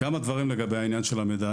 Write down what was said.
כמה דברים לגבי העניין של המידע.